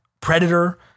Predator